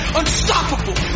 unstoppable